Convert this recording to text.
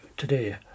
today